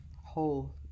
whole